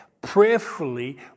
prayerfully